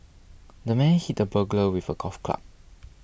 the man hit the burglar with a golf club